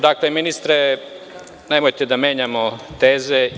Dakle, ministre, nemojte da menjamo teze.